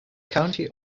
county